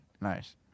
Nice